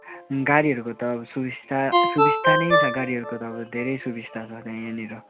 गाडीहरूको त सुविस्ता सुविस्ता नै छ गाडीहरूको त अब धेरै सुविस्ता छ त यहाँनिर